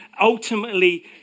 ultimately